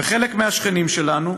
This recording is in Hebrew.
וחלק מהשכנים שלנו,